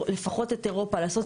לפחות את אירופה לעשות.